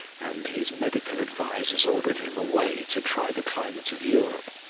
and his medical advisers ordered him away to try the climate of europe.